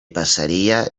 passaria